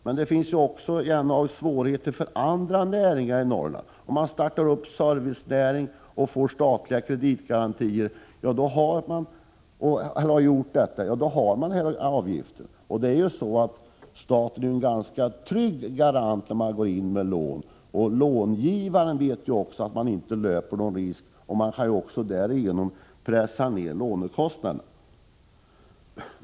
Med det finns ju svårigheter också för andra näringar i Norrland. Om man t.ex. startar ett företag inom en servicenäring och får statliga kreditgarantier har man också dessa avgifter. Staten är en trygg garant, och långivaren vet att han inte löper någon risk. Därigenom kan man också pressa ner lånekostnaderna.